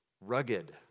rugged